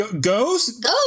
Ghost